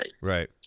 Right